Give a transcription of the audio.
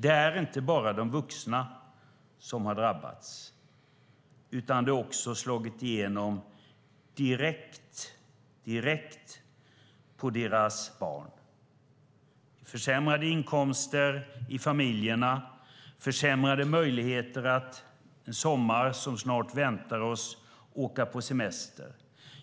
Det är inte bara de vuxna som har drabbats, utan det har också slagit igenom direkt på deras barn, med försämrade inkomster i familjerna och försämrade möjligheter att åka på semester under den sommar som snart väntar oss,